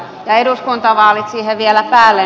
ja eduskuntavaalit siihen vielä päälle